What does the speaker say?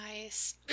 Nice